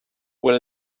will